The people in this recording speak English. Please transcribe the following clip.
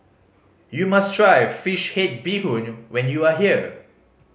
you must try fish head bee hoon when you are here